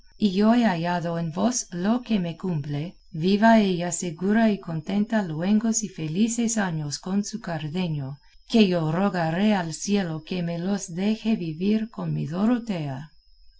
y yo he hallado en vos lo que me cumple viva ella segura y contenta luengos y felices años con su cardenio que yo rogaré al cielo que me los deje vivir con mi dorotea